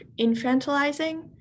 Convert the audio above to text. infantilizing